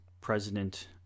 President